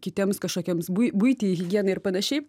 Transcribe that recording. kitiems kažkokiems bui buitį higienai ir panašiai